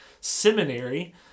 seminary